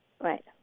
Right